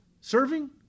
serving